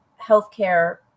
healthcare